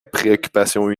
préoccupation